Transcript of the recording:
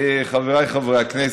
חבריי חברי הכנסת,